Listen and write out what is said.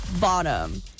bottom